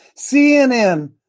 CNN